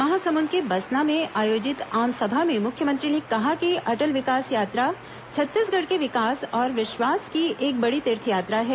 महासमुंद के बसना में आयोजित आसमभा में मुख्यमंत्री ने कहा कि अटल विकास यात्रा छत्तीसगढ़ के विकास और विश्वास की एक बड़ी तीर्थयात्रा है